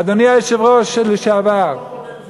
אדוני היושב-ראש לשעבר,